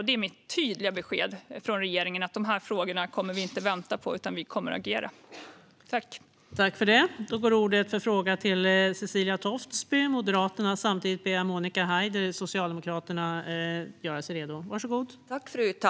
Det är mitt tydliga besked från regeringen: De här frågorna kommer vi inte att vänta på, utan vi kommer att agera.